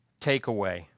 takeaway